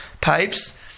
pipes